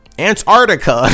Antarctica